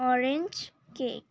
orange cake